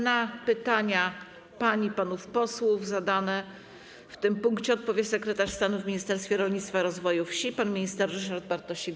Na pytania pań i panów posłów zadane w tym punkcie odpowie sekretarz stanu w Ministerstwie Rolnictwa i Rozwoju Wsi pan minister Ryszard Bartosik.